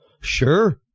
Sure